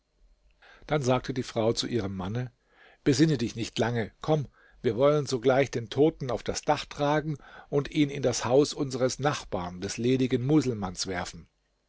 dann sagte die frau zu ihrem manne besinne dich nicht lange komm wir wollen sogleich den toten auf das dach tragen und ihn in das haus unseres nachbarn des ledigen muselmanns werfen